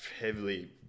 Heavily